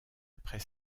après